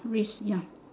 risk ya